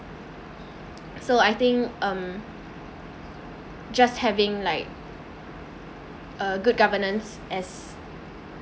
so I think um just having like uh good governance as